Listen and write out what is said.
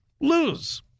lose